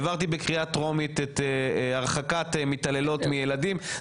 העברתי בקריאה טרומית את הרחקת מתעללות מילדים.